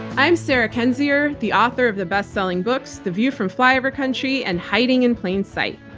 i'm sarah kendzior, the author of the bestselling books, the view from flyover country and hiding in plain sight.